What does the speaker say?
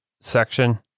section